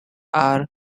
were